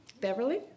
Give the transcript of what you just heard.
Beverly